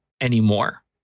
anymore